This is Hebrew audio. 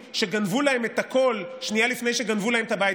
שגנבו להם את הקול שנייה לפני שגנבו לכם את הבית?